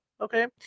Okay